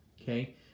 Okay